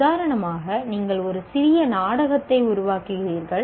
உதாரணமாக நீங்கள் ஒரு சிறிய நாடகத்தை உருவாக்குகிறீர்கள்